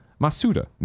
Masuda